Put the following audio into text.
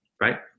Right